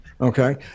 Okay